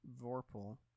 Vorpal